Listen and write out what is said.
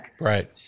Right